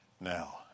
Now